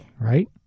Right